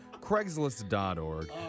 craigslist.org